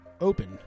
open